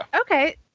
Okay